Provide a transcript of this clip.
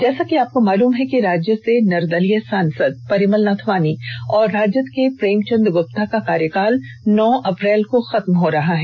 जैसा कि आपको मालूम है कि राज्य से निर्दलीय सांसद परिमल नाथवाणी और राजद के प्रेमचंद गुप्ता का कार्यकाल नौ अप्रैल को खत्म हो रहा है